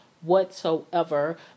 whatsoever